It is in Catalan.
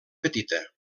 petita